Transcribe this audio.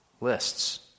lists